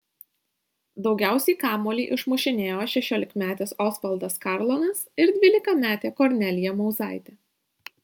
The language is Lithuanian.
daugiausiai kamuolį išmušinėjo šešiolikmetis osvaldas karlonas ir dvylikametė kornelija mauzaitė